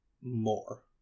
more